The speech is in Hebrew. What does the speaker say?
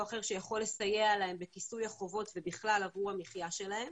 אחר שיכול לסייע להם בכיסוי החובות ובכלל עבור המחיה שלהם.